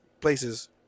places